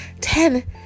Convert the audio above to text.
Ten